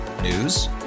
News